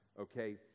okay